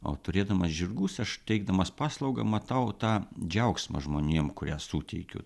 o turėdamas žirgus aš teikdamas paslaugą matau tą džiaugsmą žmonėm kurią suteikiu